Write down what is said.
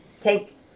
take